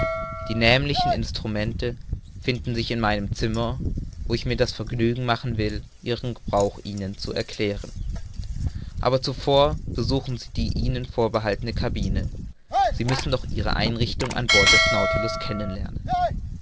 die nämlichen instrumente finden sich in meinem zimmer wo ich mir das vergnügen machen will ihren gebrauch ihnen zu erklären aber zuvor besuchen sie die ihnen vorbehaltene cabine sie müssen doch ihre einrichtung an bord des